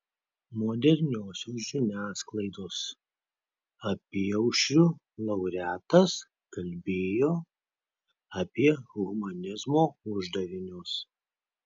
moderniosios žiniasklaidos apyaušriu laureatas kalbėjo apie humanizmo uždavinius